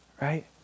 Right